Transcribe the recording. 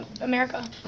America